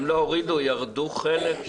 הם לא הורידו, ירדו חלק.